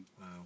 Wow